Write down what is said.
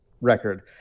record